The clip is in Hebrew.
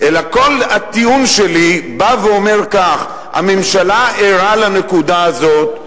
אלא שכל הטיעון שלי בא ואומר כך: הממשלה ערה לנקודה הזאת,